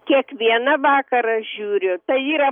kiekvieną vakarą žiūriu tai yra